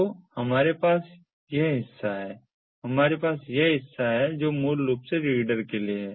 तो हमारे पास यह हिस्सा है हमारे पास यह हिस्सा है जो मूल रूप से रीडर के लिए है